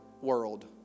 world